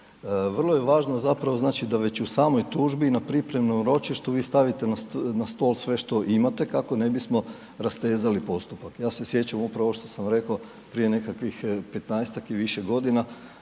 vrlo je važno, zapravo da već na samoj tužbi, na pripremnom ročišnu vi stavite na stol sve što imate kako ne bismo rastezali postupak. Ja se sjećam upravo ovo što sam rekao prije nekakvih 15 i više godina,